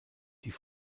die